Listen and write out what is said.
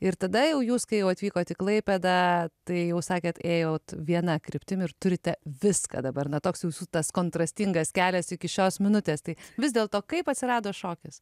ir tada jau jūs kai jau atvykot į klaipėdą tai jau sakėt ėjot viena kryptim ir turite viską dabar na toks jūsų tas kontrastingas kelias iki šios minutės tai vis dėlto kaip atsirado šokis